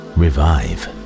revive